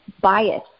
bias